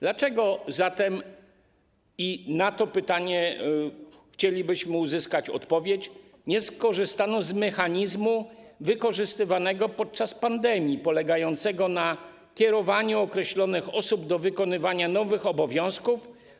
Dlaczego zatem - na to pytanie chcielibyśmy uzyskać odpowiedź - nie skorzystają z mechanizmu wykorzystywanego podczas pandemii, który polegał na kierowaniu określonych osób do wykonywania nowych obowiązków?